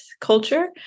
culture